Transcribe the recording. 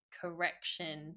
correction